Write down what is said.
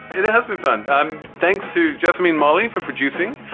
it has been fun. thanks to jessamine molly for producing.